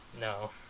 No